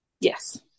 yes